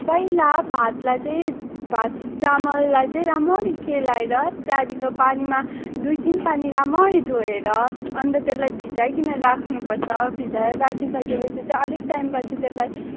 पहिला भातलाई चाहिँ भात चामललाई चाहिँ रामरी केलाएर त्यहाँदेखिको पानीमा दुई तिन पानी रामरी धोएर अन्त त्यसलाई भिजाइकन राख्नुपर्छ भिजाएर राखिसक्यो पछि चाहिँ अलिक टाइमपछि त्यसलाई